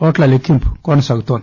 ఓట్ల లెక్నింపు కొనసాగుతోంది